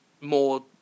more